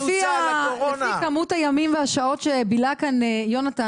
לפי כמות הימים והלילות שבילה כאן יונתן